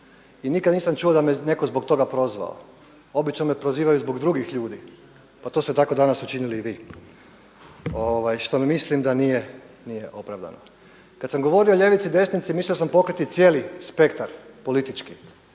I nikada nisam čuo da me netko zbog toga prozvao. Obično me prozivaju zbog drugih ljudi. Pa to ste danas tako učinili i vi što ne mislim da nije opravdano. Kada sam govorio o ljevici i desnici, mislio sam pokriti cijeli spektar politički,